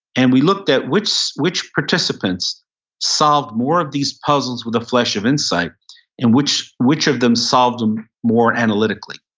and we looked at which which participants solve more of these puzzles with a flash of insight and which which of them solved them more analytically.